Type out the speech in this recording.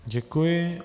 Děkuji.